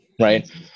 right